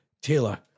Taylor